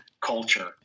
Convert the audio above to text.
culture